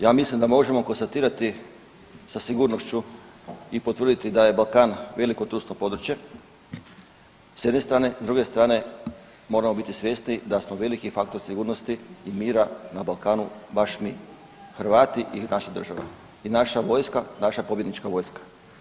Ja mislim da možemo konstatirati sa sigurnošću i potvrditi da je Balkan veliko trusno područje s jedne strane, s druge strane moramo biti svjesni da smo veliki faktor sigurnosti i mira na Balkanu baš mi Hrvati i naša država i naša vojska, naša pobjednička vojska.